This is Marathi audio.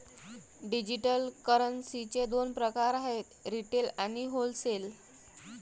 डिजिटल करन्सीचे दोन प्रकार आहेत रिटेल आणि होलसेल